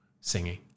singing